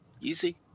easy